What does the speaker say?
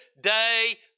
day